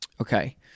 Okay